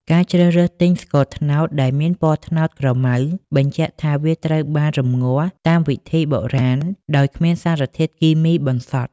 ការជ្រើសរើសទិញស្ករត្នោតដែលមានពណ៌ត្នោតក្រមៅ បញ្ជាក់ថាវាត្រូវបានរំងាស់តាមវិធីបុរាណដោយគ្មានសារធាតុគីមីបន្សុទ្ធ។